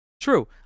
True